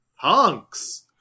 punks